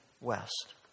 west